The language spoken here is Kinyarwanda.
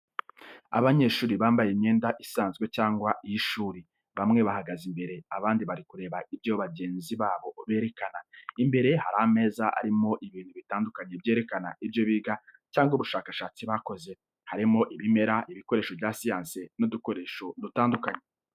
Abanyeshuri bambaye imyenda isanzwe cyangwa iy’ishuri, bamwe bahagaze imbere, abandi bari kureba ibyo bagenzi babo berekana. Imbere hari ameza arimo ibintu bitandukanye byerekana ibyo biga cyangwa ubushakashatsi bakoze, harimo ibimera, ibikoresho bya siyansi n'udukoresho dutandukanye.